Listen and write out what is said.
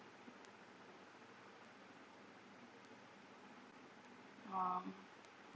ah